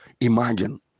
imagine